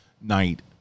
night